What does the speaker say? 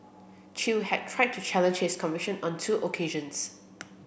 chew had tried to challenge his conviction on two occasions